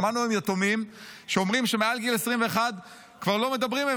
שמענו היום יתומים שאומרים שמעל גיל 21 כבר לא מדברים,